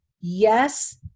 yes